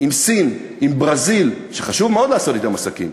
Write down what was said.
עם סין, עם ברזיל, שחשוב מאוד לעשות אתן עסקים,